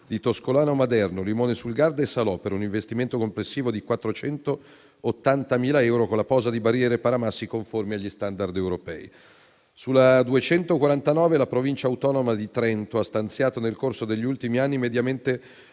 di Toscolano Maderno, Limone sul Garda e Salò, per un investimento complessivo di 480.000 euro, con la posa di barriere paramassi conformi agli *standard* europei. Sulla SS 249, la Provincia autonoma di Trento ha stanziato, nel corso degli ultimi anni, mediamente